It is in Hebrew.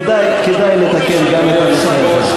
כדאי לתקן גם את הנושא הזה.